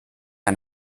ein